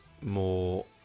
more